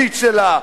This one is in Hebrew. החברתית שלה.